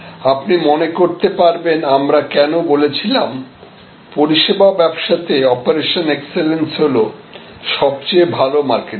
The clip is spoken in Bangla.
আপনি মনে করতে পারবেন আমরা কেন বলেছিলাম পরিষেবা ব্যবসাতে অপারেশন এক্সেলেন্স হল সবচেয়ে ভালো মার্কেটিং